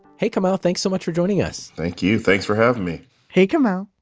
hey, kamau, thanks so much for joining us thank you, thanks for having me hey, kamau.